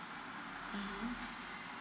mmhmm